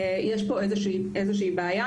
יש פה איזושהי בעיה.